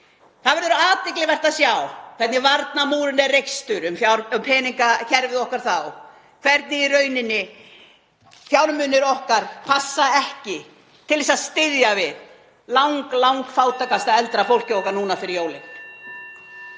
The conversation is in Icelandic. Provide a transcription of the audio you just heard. Það verður athyglisvert að sjá hvernig varnarmúrinn er reistur um peningakerfið okkar þá, hvernig fjármunir okkar passa ekki til þess að styðja við langfátækasta eldra fólkið okkar núna fyrir jólin.